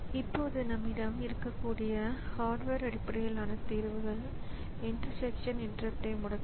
இப்போது அதை அடிப்படை உபகரணத்திற்காக பொருத்தமான கட்டளையாக மொழிபெயர்க்கவும் அதனை அடிப்படை உபகரணத்தின் மூலம் செயல்படுத்துவதும் கன்ட்ரோலரின் பொறுப்பு ஆகிறது